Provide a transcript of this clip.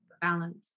balance